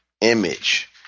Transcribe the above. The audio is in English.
image